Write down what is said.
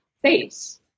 face